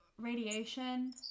radiation